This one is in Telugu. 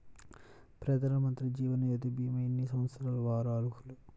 ప్రధానమంత్రి జీవనజ్యోతి భీమా ఎన్ని సంవత్సరాల వారు అర్హులు?